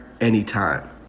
anytime